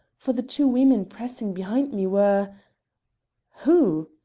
for the two women pressing behind me were who?